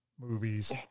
movies